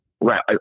Right